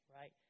right